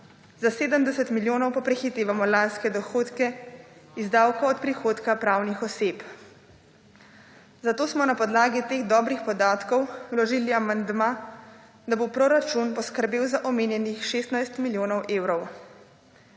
za 70 milijonov pa prehitevamo lanske dohodke iz davkov od prihodka pravnih oseb, zato smo na podlagi teh dobrih podatkov vložili amandma, da bo proračun poskrbel za omenjenih 16 milijonov evrov.